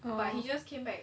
oh